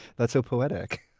that's so poetic